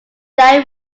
diary